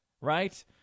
right